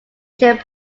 ancient